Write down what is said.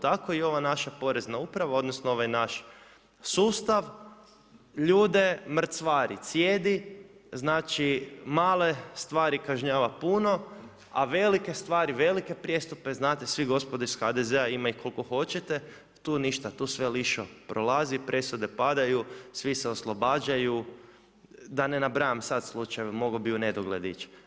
Tako i ova naša porezna uprava, odnosno ovaj naš sustav ljude mrcvari, cijedi znači male stvari kažnjava puno a velike stvari, velike prijestupe, znate svi gospodo iz HDZ-a, ima ih koliko hoćete, tu ništa, tu sve lišo prolazi, presude padaju, svi se oslobađaju, da ne nabrajam sada slučajeve, mogao bih u nedogled ići.